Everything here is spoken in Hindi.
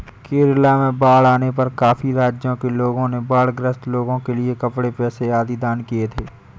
केरला में बाढ़ आने पर काफी राज्यों के लोगों ने बाढ़ ग्रस्त लोगों के लिए कपड़े, पैसे आदि दान किए थे